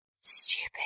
Stupid